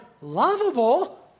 lovable